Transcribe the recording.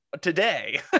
today